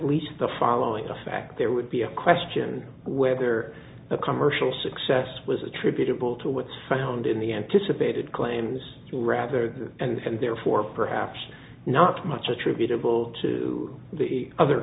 least the following the fact there would be a question whether a commercial success was attributable to what found in the anticipated claims rather and therefore perhaps not much attributable to the other